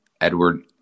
Edward –